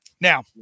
Now